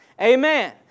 Amen